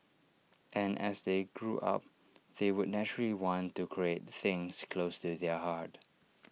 and as they grew up they would naturally want to create things close to their heart